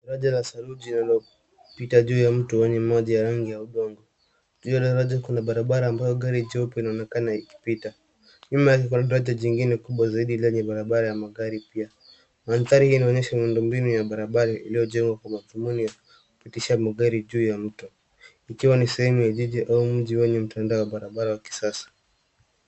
Daraja la saruji inayopita juu ya mto wenye maji ya rangi ya udongo. Juu ya daraja kuna barabara ambayo gari jeupe inaonekana ikipita, nyuma yake kuna daraja jengine kubwa zaidi yenye barabara ya magari pia. Mandhari hii inaonyesha miundo mbinu ya barabara iliyojegwa kwa madhumuni ya kupitisha magari juu ya mto ikiwa ni sehemu ya jiji au mji wenye [mtanda] wa barabra ya kisasa.